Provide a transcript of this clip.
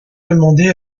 demandé